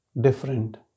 different